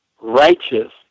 righteous